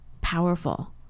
powerful